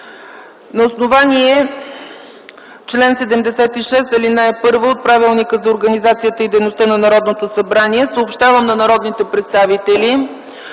На основание чл. 76, ал. 1 от Правилника за организацията и дейността на Народното събрание съобщавам на народните представители,